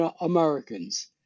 Americans